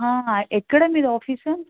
ఎక్కడ మీది ఆఫీస్